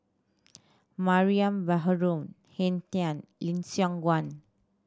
Mariam Baharom Henn Tan Lim Siong Guan